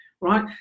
right